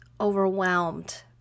overwhelmed